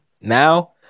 Now